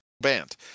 band